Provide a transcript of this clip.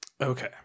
Okay